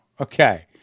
okay